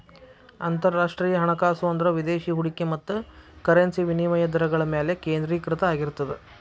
ಅಂತರರಾಷ್ಟ್ರೇಯ ಹಣಕಾಸು ಅಂದ್ರ ವಿದೇಶಿ ಹೂಡಿಕೆ ಮತ್ತ ಕರೆನ್ಸಿ ವಿನಿಮಯ ದರಗಳ ಮ್ಯಾಲೆ ಕೇಂದ್ರೇಕೃತ ಆಗಿರ್ತದ